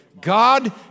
God